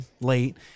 late